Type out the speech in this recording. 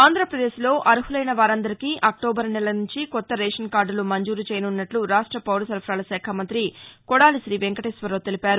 ఆంధ్రాప్రదేశ్లో అర్హులైన వారందరికీ అక్టోబర్ నెల నుంచి కొత్త రేషన్ కార్డులు మంజూరుచేయనున్నట్ల రాష్ట్ర పౌరసరఫరాల శాఖ మంతి కొడాలి శ్రీవెంకటేశ్వరరావు తెలిపారు